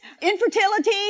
infertility